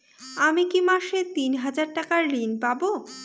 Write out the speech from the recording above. আমি কি মাসে তিন হাজার টাকার ঋণ পাবো?